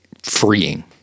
Freeing